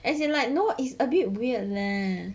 as in like no it's a bit weird leh